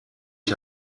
ich